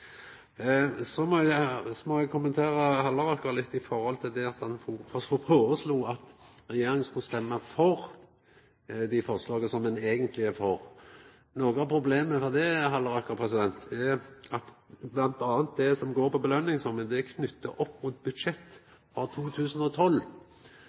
Så må eg kommentera Halleraker litt når det gjeld det at han foreslo at regjeringa skulle stemma for dei forslaga dei eigentleg er for. Noko av problemet ved det er bl.a. at det som går på belønningsordning, er knytt opp